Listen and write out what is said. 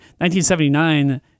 1979